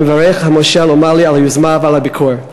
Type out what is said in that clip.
מברך את המושל אומאלי על היוזמה ועל הביקור.